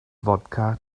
fodca